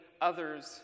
others